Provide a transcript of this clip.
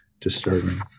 disturbing